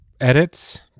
edits